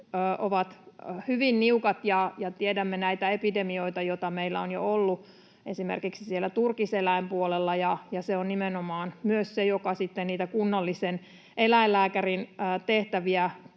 ovat hyvin niukat. Tiedämme näitä epidemioita, joita meillä on jo ollut esimerkiksi siellä turkiseläinpuolella. Se nimenomaan myös niitä kunnallisen eläinlääkärin tehtäviä